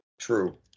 true